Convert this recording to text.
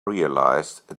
realised